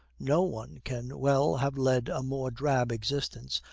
no one can well have led a more drab existence,